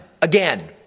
again